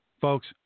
Folks